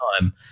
time